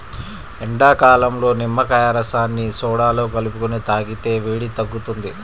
ఎండాకాలంలో నిమ్మకాయ రసాన్ని సోడాలో కలుపుకొని తాగితే వేడి తగ్గుతుంది